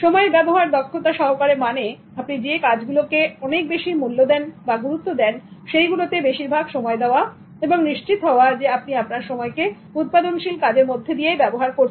সময়ের ব্যবহার দক্ষতা সহকারে মানে আপনি যে কাজগুলো কে অনেক বেশী মূল্য দেন বা গুরুত্ব দেন সেই গুলোতে বেশিরভাগ সময়ে দেওয়া এবং নিশ্চিত হওয়া যে আপনি আপনার সময়কে উৎপাদনশীল কাজের মধ্যে দিয়ে ব্যবহার করছেন